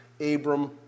Abram